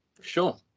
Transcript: Sure